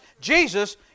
Jesus